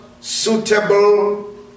suitable